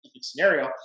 scenario